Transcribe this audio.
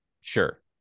Sure